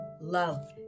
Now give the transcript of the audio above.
love